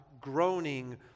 groaning